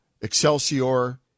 Excelsior